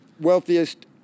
wealthiest